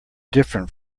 different